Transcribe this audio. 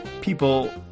People